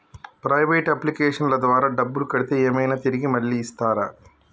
Private అప్లికేషన్ల ద్వారా డబ్బులు కడితే ఏమైనా తిరిగి మళ్ళీ ఇస్తరా?